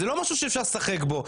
זה לא משהו שאפשר לשחק בו.